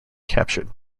captured